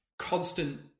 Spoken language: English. Constant